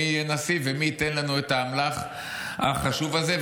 מי יהיה נשיא ומי ייתן לנו את האמל"ח החשוב הזה.